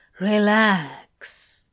Relax